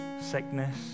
sickness